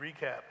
recap